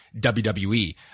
WWE